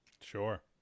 Sure